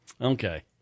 Okay